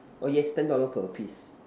oh yes ten dollar per piece